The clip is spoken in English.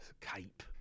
cape